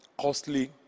Costly